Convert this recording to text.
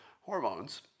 hormones